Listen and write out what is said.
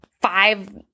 five –